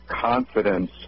confidence